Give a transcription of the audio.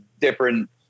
different